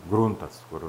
gruntas kur